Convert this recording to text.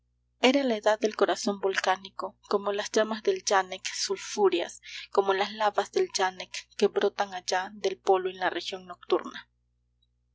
era la edad del corazón volcánico como las llamas del yanek sulfúreas como las lavas del yanek que brotan allá del polo en la región nocturna